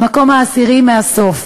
במקום העשירי מהסוף,